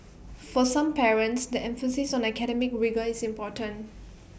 for some parents the emphasis on academic rigour is important